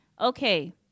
Okay